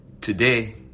Today